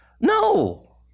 No